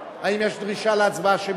האם יש דרישה להצבעה שמית?